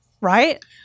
right